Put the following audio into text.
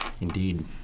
indeed